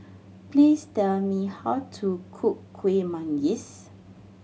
please tell me how to cook Kueh Manggis